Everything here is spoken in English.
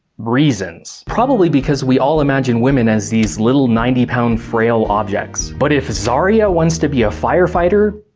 reasons. probably because we all imagine women as these little ninety pound frail objects but, if zarya wants to be a firefighter,